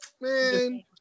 man